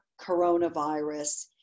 coronavirus